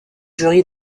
jury